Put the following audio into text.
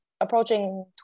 approaching